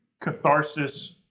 catharsis